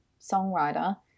songwriter